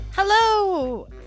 Hello